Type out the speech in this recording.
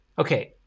Okay